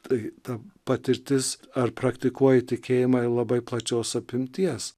tai ta patirtis ar praktikuoji tikėjimą labai plačios apimties